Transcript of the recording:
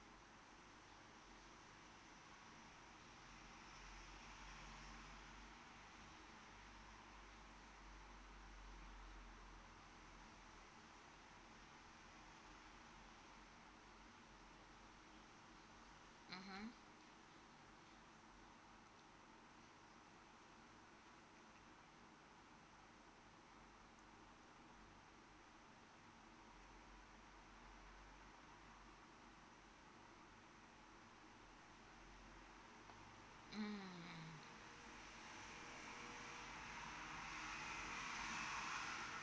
mmhmm mm